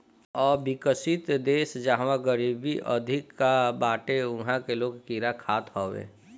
अविकसित देस जहवा गरीबी अधिका बाटे उहा के लोग कीड़ा खात हवे